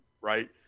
right